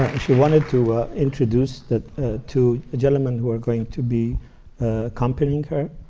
wanted to introduce the two gentleman who are going to be accompanying her.